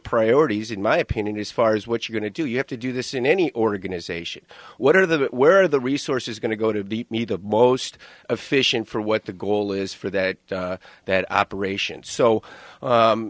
priorities in my opinion as far as what you're going to do you have to do this in any organization what are the where are the resources going to go to the most efficient for what the goal is for that that operation so